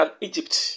Egypt